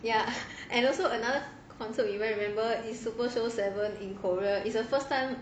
ya and also another concert we went remember is super show seven in korea is the first time